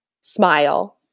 smile